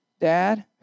Dad